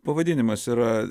pavadinimas yra